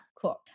Cool